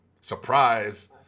Surprise